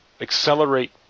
accelerate